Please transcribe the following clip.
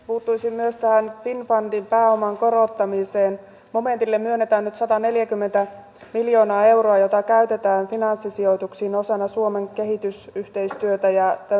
puuttuisin myös tähän finnfundin pääoman korottamiseen momentille myönnetään nyt sataneljäkymmentä miljoonaa euroa jota käytetään finanssisijoituksiin osana suomen kehitysyhteistyötä